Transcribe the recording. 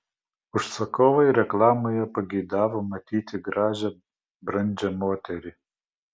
užsakovai reklamoje pageidavo matyti gražią brandžią moterį